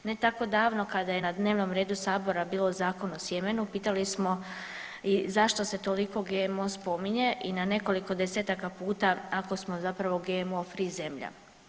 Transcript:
Ne tako davno kada je na dnevnom redu sabora bilo Zakon o sjemenu pitali smo i zašto se toliko GMO spominje i na nekoliko desetaka puta ako smo zapravo GMO free zemlja.